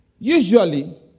Usually